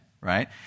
right